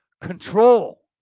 control